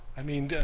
i mean,